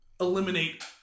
eliminate